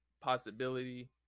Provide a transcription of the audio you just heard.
possibility